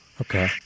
Okay